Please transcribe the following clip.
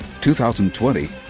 2020